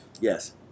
Yes